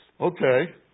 okay